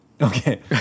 Okay